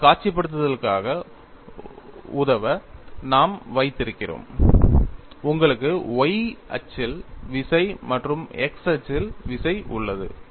உங்கள் காட்சிப்படுத்தலுக்கு உதவ நாம் வைத்திருக்கிறோம் உங்களுக்கு y அச்சில் விசை மற்றும் x அச்சில் விசை உள்ளது